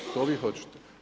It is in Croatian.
To vi hoćete?